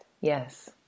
Yes